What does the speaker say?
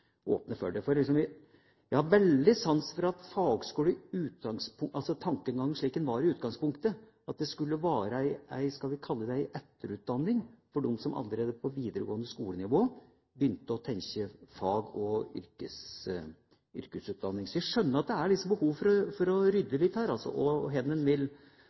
åpne. Jeg har veldig sans for tankegangen slik den var i utgangspunktet, at det skulle være en – skal vi kalle det – etterutdanning for dem som allerede på videregående skole-nivå begynte å tenke fag- og yrkesutdanning. Så jeg skjønner at det er behov for å rydde her når det gjelder i hvilke tilfeller en vil